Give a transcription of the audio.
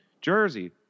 Jersey